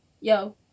Yo